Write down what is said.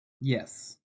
Yes